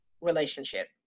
relationship